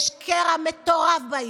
יש קרע מטורף בעיר.